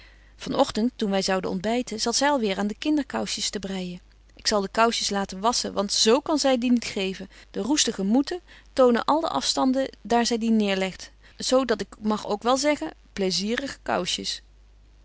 ogtent toen wy zouden ontbyten zat zy al weer aan de kinderkousjes te breijen ik zal de kousjes laten wasschen want z kan zy die niet geven de roestige moeten tonen al de afstanden daar zy die neêrlegt zo dat ik mag ook wel zeggen plaisierige kousjes